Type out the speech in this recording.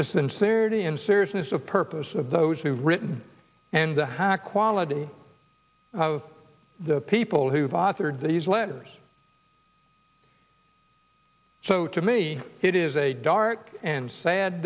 the sincerity and seriousness of purpose of those the written and the high quality of the people who've authored these letters so to me it is a dark and sad